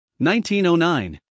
1909